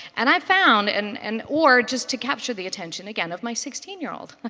and i found and and or just to capture the attention again of my sixteen year old.